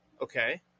Okay